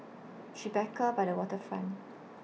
Tribeca By The Waterfront